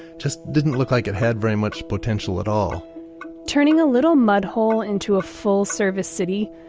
just didn't look like it had very much potential at all turning a little mudhole into a full-service city,